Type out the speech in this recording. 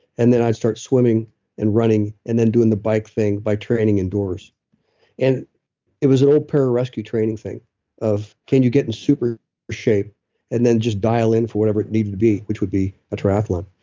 and then i'd start swimming and running, and then doing the bike thing by training indoors it was an old pararescue training thing of, can you get in super shape and then just dial in for whatever it needed to be? which would be a triathlon.